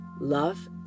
Love